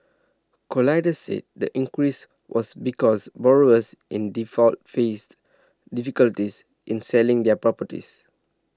colliers said the increase was because borrowers in default faced difficulties in selling their properties